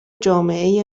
جامعه